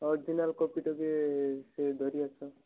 original କପିଟା ବି ସେ ଧରି ଆସ